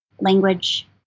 language